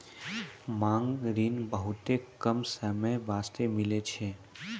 मांग ऋण बहुते कम समय बास्ते मिलै छै